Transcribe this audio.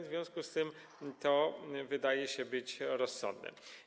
W związku z tym to wydaje się rozsądne.